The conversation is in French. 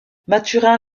mathurin